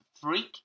freak